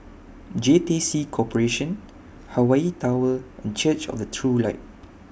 J T C Corporation Hawaii Tower and Church of The True Light